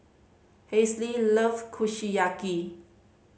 Hazelle loves Kushiyaki